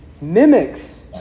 mimics